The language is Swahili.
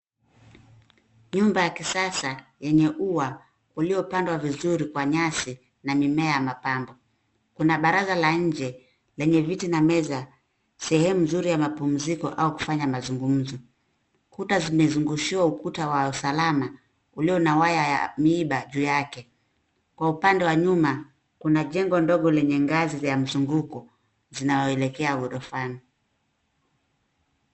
Nyumba ya kisasa yenye ua uliopandwa vizuri kwa nyasi na mimea ya mapambo. Kuna baraza ya nje na meza sehemu nzuri ya mapumziko ya kufanya mazungumzo. Kuta zimezungushiwa kuta za usalama uliyo na waya wa miiba juu yake. Kwa upande wa nyumba kuna jengo ndogo yenye ngazi ya mzunguko zinazoelekea horofani.